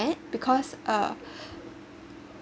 made because uh